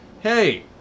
Hey